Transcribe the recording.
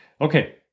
Okay